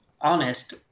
honest